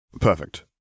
Perfect